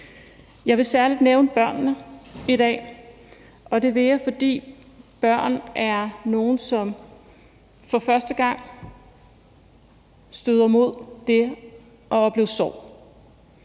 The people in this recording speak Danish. Jeg vil i dag særligt nævne børnene, og det vil jeg, fordi børnene er nogle, som for første gang støder mod det at opleve sorg.